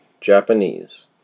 Japanese